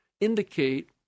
indicate